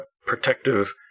protective